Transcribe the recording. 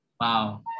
Wow